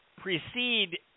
precede